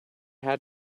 had